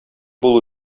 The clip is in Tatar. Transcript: булу